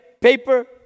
paper